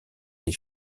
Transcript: des